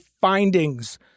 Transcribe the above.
findings